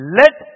let